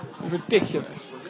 Ridiculous